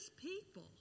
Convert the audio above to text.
people